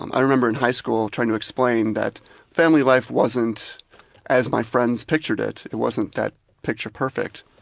i remember in high school trying to explain that family life wasn't as my friends pictured it, it wasn't that picture perfect